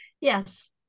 Yes